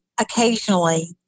occasionally